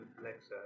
Alexa